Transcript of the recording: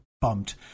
bumped